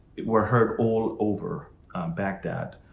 were heard all over baghdad,